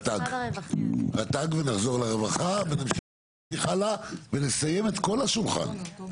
רט"ג ונחזור לרווחה ונמשיך הלאה ונסיים את כל השולחן.